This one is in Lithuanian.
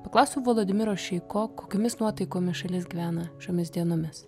paklausiau volodimiro šeiko kokiomis nuotaikomis šalis gyvena šiomis dienomis